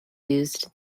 used